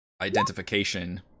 identification